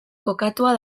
kokatua